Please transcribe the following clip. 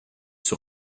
sur